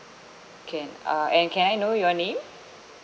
can uh and can I know your name